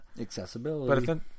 accessibility